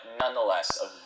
nonetheless